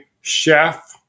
chef